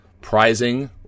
prizing